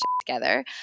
Together